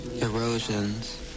erosions